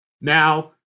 Now